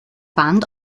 wand